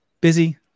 busy